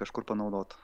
kažkur panaudot